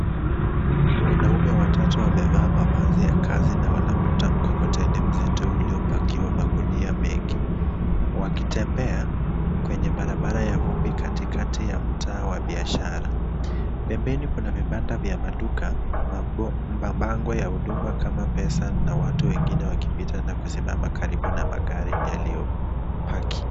Wanaume watatu wamevaa mavazi ya kazi na wanavuta mkokoteni mzito uliopakiwa magunia mengi, wakitembea kwenye barabara ya vumbi katikati ya mtaa wa biashara. Pembeni kuna vibanda vya maduka, mabango ya huduma kama pesa na watu wengine wakipita na kusimama karibu na magari yaliyopaki.